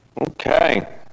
Okay